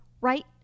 right